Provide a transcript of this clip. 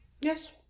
Yes